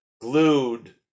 glued